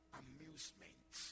amusement